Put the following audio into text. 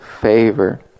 favor